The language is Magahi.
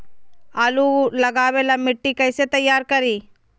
आलु लगावे ला मिट्टी कैसे तैयार करी?